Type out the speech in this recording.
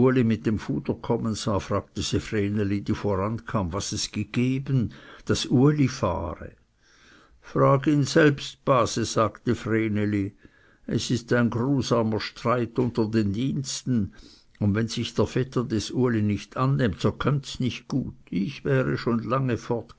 mit dem fuder kommen sah fragte sie vreneli die vorankam was es gegeben daß uli fahre frag ihn selbst base sagte vreneli es ist ein grusamer streit unter den diensten und wenn sich der vetter des ulis nicht annimmt so kömmts nicht gut ich wäre schon lange